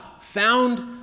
found